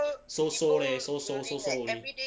so so leh so so so so only